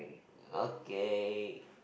okay